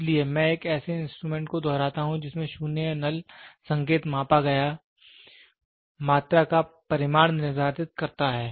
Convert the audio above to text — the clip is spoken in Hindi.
इसलिए मैं एक ऐसे इंस्ट्रूमेंट को दोहराता हूं जिसमें 0 या नल संकेत मापा गया मात्रा का परिमाण निर्धारित करता है